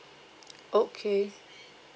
okay